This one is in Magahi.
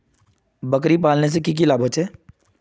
बकरी पालने से की की लाभ होचे?